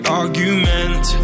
argument